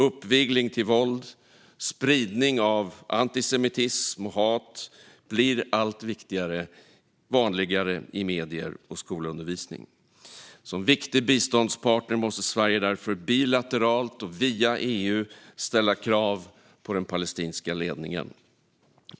Uppvigling till våld, spridning av antisemitism och hat blir allt vanligare i medier och skolundervisning. Som viktig biståndspartner måste Sverige därför bilateralt och via EU ställa krav på den palestinska ledningen.